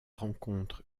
rencontre